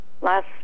last